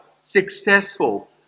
successful